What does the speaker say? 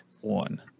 one